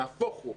נהפוך הוא,